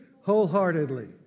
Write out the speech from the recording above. Wholeheartedly